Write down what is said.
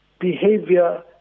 behavior